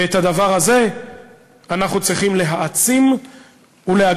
ואת הדבר הזה אנחנו צריכים להעצים ולהגביר.